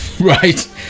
Right